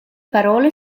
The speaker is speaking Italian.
parole